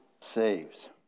saves